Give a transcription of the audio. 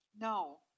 no